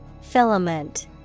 Filament